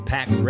Pack